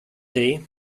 day